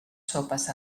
sopes